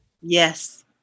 Yes